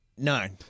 nine